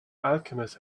alchemist